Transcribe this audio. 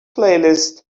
playlist